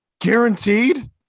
Guaranteed